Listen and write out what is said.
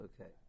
Okay